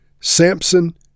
Samson